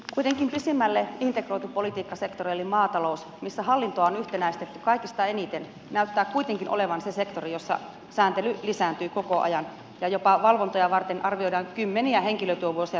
kuitenkin pisimmälle integroitu politiikkasektori eli maatalous missä hallintoa on yhtenäistetty kaikista eniten näyttää olevan se sektori jossa sääntely lisääntyy koko ajan ja jopa valvontoja varten arvioidaan kymmeniä henkilötyövuosia tarvittavan lisää palkattua henkilökuntaa